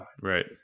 Right